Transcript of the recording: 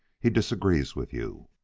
he disagrees with you.